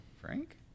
Frank